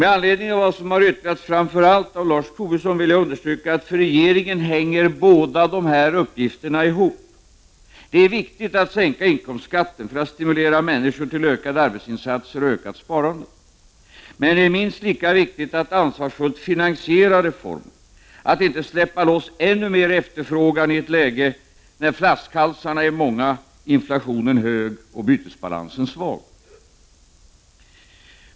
Med anledning av vad som har yttrats av framför allt Lars Tobisson vill jag understryka att för regeringen hänger båda uppgifterna ihop. Det är viktigt att sänka inkomstskatten för att stimulera människor till ökade arbetsinsatser och ökat sparande, men det är minst lika viktigt att ansvarsfullt finansiera reformen, att inte släppa loss ännu mer efterfrågan i ett läge där flaskhalsarna är många, inflationen hög och bytesbalansen svag.